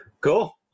Cool